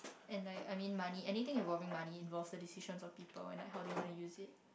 and like I mean money anything involving money involves the decisions of people and like how do they want to use it